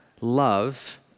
love